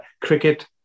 cricket